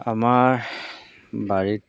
আমাৰ বাৰীত